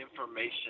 information